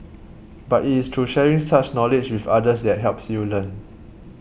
but it is through sharing such knowledge with others that helps you learn